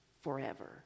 forever